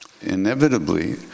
Inevitably